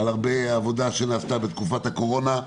עבודה שנעשתה בתקופת הקורונה,